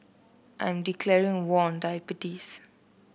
I am declaring war on diabetes